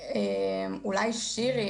אולי שירי